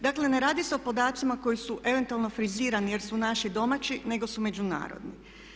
Dakle, ne radi se o podacima koji su eventualno frizirani jer su naši domaći nego su međunarodni.